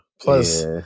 Plus